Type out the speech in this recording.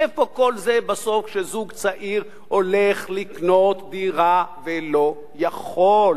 איפה כל זה בסוף כשזוג צעיר הולך לקנות דירה ולא יכול?